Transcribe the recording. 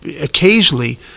occasionally